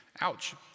ouch